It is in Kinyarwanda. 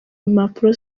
impapuro